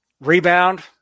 rebound